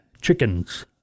chickens